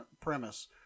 premise